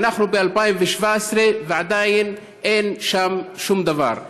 אנחנו ב-2017 ועדיין אין שם שום דבר.